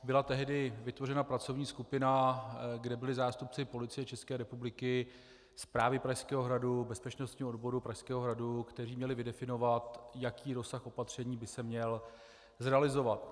Byla tehdy vytvořena pracovní skupina, kde byli zástupci Policie České republiky, Správy Pražského hradu, bezpečnostního odboru Pražského hradu, kteří měli definovat, jaký rozsah opatření by se měl zrealizovat.